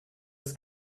his